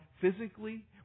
physically